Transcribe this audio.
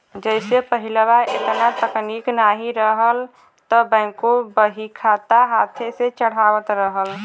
जइसे पहिलवा एतना तकनीक नाहीं रहल त बैंकों बहीखाता हाथे से चढ़ावत रहल